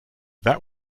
that